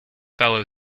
fellow